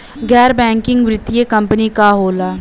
गैर बैकिंग वित्तीय कंपनी का होला?